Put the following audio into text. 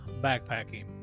backpacking